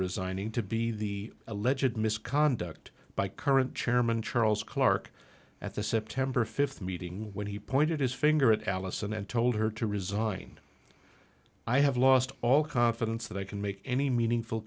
resigning to be the alleged misconduct by current chairman charles clarke at the september fifth meeting when he pointed his finger at allison and told her to resign i have lost all confidence that i can make any meaningful